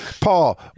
paul